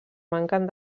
manquen